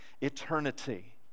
eternity